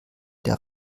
der